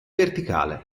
verticale